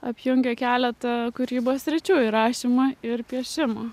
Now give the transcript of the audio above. apjungia keletą kūrybos sričių į rašymą ir piešimo